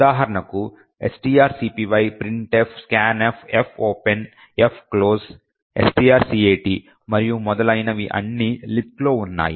ఉదాహరణకు strcpy printf scanf fopen fclose strcat మరియు మొదలైనవి అన్నీ లిబ్క్ లో ఉన్నాయి